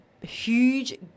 huge